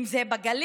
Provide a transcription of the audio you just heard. אם זה בגליל,